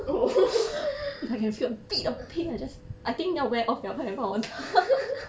oh